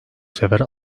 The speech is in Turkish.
sefer